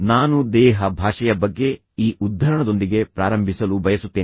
ನಾನು ದೇಹ ಭಾಷೆಯ ಬಗ್ಗೆ ಈ ಉದ್ಧರಣದೊಂದಿಗೆ ಪ್ರಾರಂಭಿಸಲು ಬಯಸುತ್ತೇನೆ